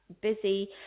busy